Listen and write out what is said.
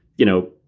you know.